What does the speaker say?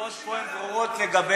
התשובות פה הן ברורות לגביהם,